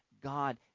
God